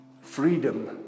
Freedom